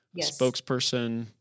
spokesperson